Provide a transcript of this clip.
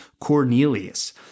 Cornelius